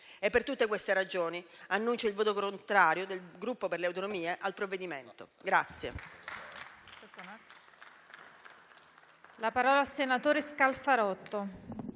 Per tutte queste ragioni, annuncio il voto contrario del Gruppo per le Autonomie al provvedimento.